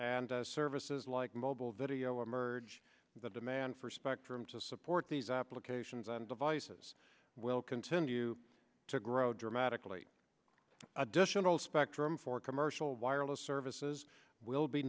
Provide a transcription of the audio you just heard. and services like mobile video emerge the demand for spectrum to support these applications and devices will continue to grow dramatically additional spectrum for commercial wireless services will be